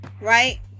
right